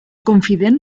confident